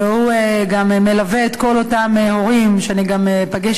שגם מלווה את כל אותם הורים שאני גם אפגש